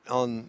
on